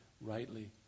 rightly